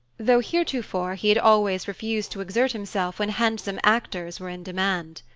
though heretofore he had always refused to exert himself when handsome actors were in demand.